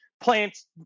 plants